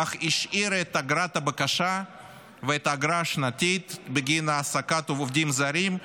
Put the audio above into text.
אך השאיר את אגרת הבקשה ואת האגרה השנתית בגין העסקת עובדים זרים,